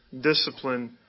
discipline